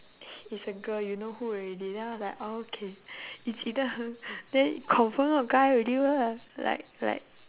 he it's a girl you know who already then I am like orh okay it's either her then confirm not a guy already lah like like